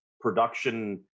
production